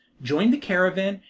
joined the caravan,